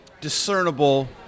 discernible